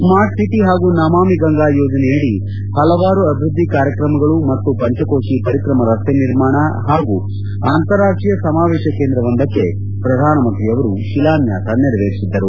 smart city ಹಾಗೂ ನಮಾಮಿ ಗಂಗಾ ಯೋಜನೆನಡಿ ಹಲವಾರು ಅಭಿವೃದ್ದಿ ಕಾರ್ಯಕ್ರಮ ಮತ್ತು ಪಂಚಕೋಶಿ ಪರಿಕ್ರಮ ರಸ್ತೆ ನಿರ್ಮಾಣ ಹಾಗೂ ಅಂತಾರಾಷ್ಷೀಯ ಸಮಾವೇಶ ಕೇಂದ್ರವೊಂದಕ್ಕೆ ಪ್ರಧಾನಮಂತ್ರಿಯವರು ಶಿಲಾನ್ವಾಸ ನೆರವೇರಿಸಿದರು